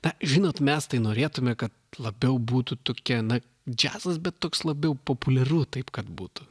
na žinot mes tai norėtume kad labiau būtų tokia na džiazas bet toks labiau populiaru taip kad būtų